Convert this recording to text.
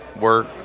work